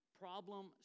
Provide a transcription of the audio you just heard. Problem